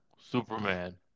Superman